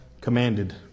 commanded